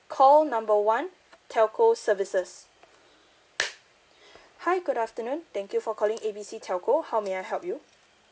call number one telco services hi good afternoon thank you for calling A B C telco how may I help you